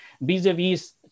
vis-a-vis